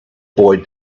boy